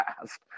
past